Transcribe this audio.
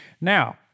now